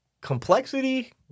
complexity